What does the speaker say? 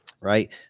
right